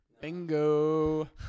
Bingo